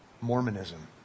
Mormonism